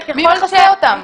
מי מכסה אותם?